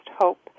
hope